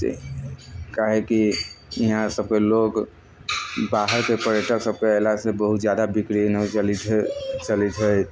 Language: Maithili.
से काहेकि इहाँ सबके लोक बाहरके पर्यटक सबके अएलासँ बहुत जादा बिक्री चलैत हइ चलै छै